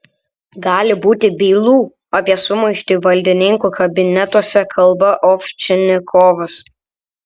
gali būti bylų apie sumaištį valdininkų kabinetuose kalba ovčinikovas